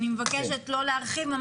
אני מבקשת לא להרחיב.